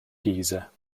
geezer